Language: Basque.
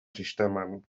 sisteman